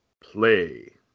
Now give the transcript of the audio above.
play